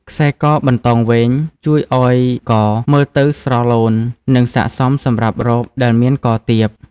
ខ្សែកបណ្តោងវែង ជួយឲ្យកមើលទៅស្រឡូន និងស័ក្តិសមសម្រាប់រ៉ូបដែលមាន ក ទាប។